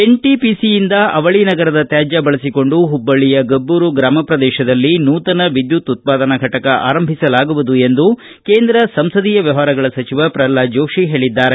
NTPC ಯಿಂದ ಅವಳಿ ನಗರದ ತ್ಯಾಸ್ತ್ರ ಬಳಸಿಕೊಂಡು ಹುಬ್ಬಳ್ಳಿಯ ಗಬ್ದೂರ ಗ್ರಮ ಪ್ರದೇಶದಲ್ಲಿ ನೂತನ ವಿದ್ದುತ್ ಉತ್ಪಾದನಾ ಫಟಕ ಆರಂಭಿಸಲಾಗುವುದು ಎಂದು ಕೇಂದ್ರ ಸಂಸದೀಯ ವ್ಯವಹಾರಗಳ ಸಚಿವ ಪ್ರಲ್ವಾದ್ ಜೋತಿ ಹೇಳಿದ್ದಾರೆ